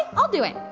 i'll do it.